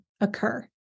occur